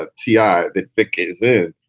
ah t i, that vick is in.